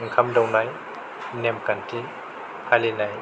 ओंखाम दौनाय नेमखान्थि फालिनाय